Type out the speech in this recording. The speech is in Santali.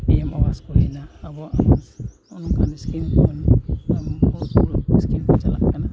ᱯᱤ ᱮᱢ ᱟᱵᱟᱥ ᱠᱚ ᱦᱩᱭᱱᱟ ᱟᱵᱚᱣᱟᱜ ᱟᱵᱟᱥ ᱦᱚᱜᱼᱚᱸᱭ ᱱᱚᱝᱠᱟᱱ ᱤᱥᱠᱤᱢ ᱠᱚ ᱤᱥᱠᱤᱢ ᱠᱚ ᱪᱟᱞᱟᱜ ᱠᱟᱱᱟ